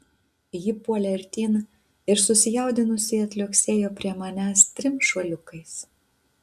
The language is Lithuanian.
ji puolė artyn ir susijaudinusi atliuoksėjo prie manęs trim šuoliukais